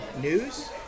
news